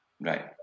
Right